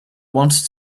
wanted